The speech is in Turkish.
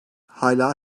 hâlâ